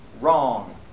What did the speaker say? wrong